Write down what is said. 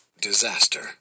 Disaster